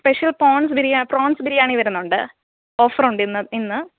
special prawns biryani prawns ബിരിയാണിം വരുന്നുണ്ട് offer ഉണ്ട് ഇന്ന് ഇന്ന്